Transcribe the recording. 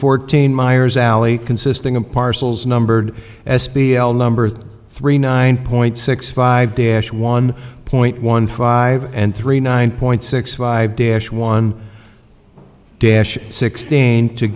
fourteen meyer's alley consisting of parcels numbered s p l number three nine point six five d h one point one five and three nine point six five dash one dash sixteen t